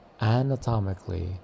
anatomically